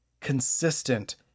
consistent